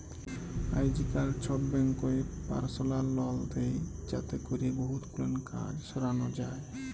আইজকাল ছব ব্যাংকই পারসলাল লল দেই যাতে ক্যরে বহুত গুলান কাজ সরানো যায়